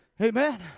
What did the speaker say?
Amen